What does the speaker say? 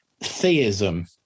Theism